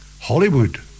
Hollywood